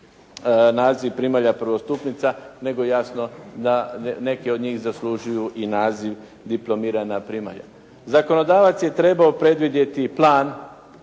naziv primalja prvostupnica, nego jasno da neke od njih zaslužuju i naziv dipl. primalja. Zakonodavac je trebao predvidjeti plan